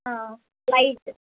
light